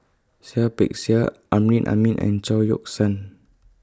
Seah Peck Seah Amrin Amin and Chao Yoke San